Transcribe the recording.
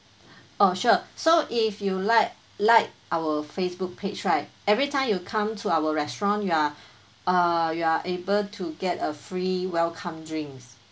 oh sure so if you like like our facebook page right every time you come to our restaurant you are uh you are able to get a free welcome drinks